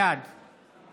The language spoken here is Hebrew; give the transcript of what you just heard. בעד יואב בן צור, בעד